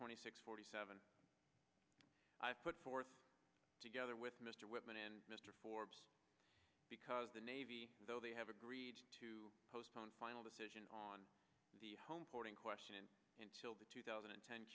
twenty six forty seven i've put forth together with mr whitman and mr forbes because the navy though they have agreed to postpone final decision on the home port in question and until the two thousand and